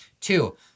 Two